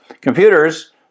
Computers